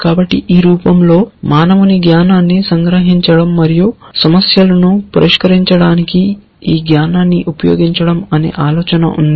కాబట్టి ఈ రూపంలో మానవుని జ్ఞానాన్ని సంగ్రహించడం మరియు సమస్యలను పరిష్కరించడానికి ఈ జ్ఞానాన్ని ఉపయోగించడం అనే ఆలోచన ఉంది